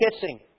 kissing